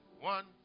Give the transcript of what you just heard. one